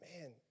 man